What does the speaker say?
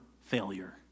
failure